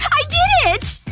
i did it!